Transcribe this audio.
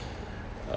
uh